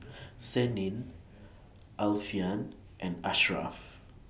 Senin Alfian and Asharaff